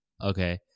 Okay